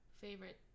Favorite